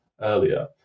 earlier